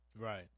Right